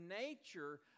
nature